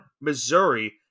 Missouri